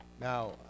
Now